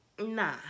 Nah